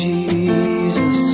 Jesus